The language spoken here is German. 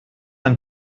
ein